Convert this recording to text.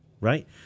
right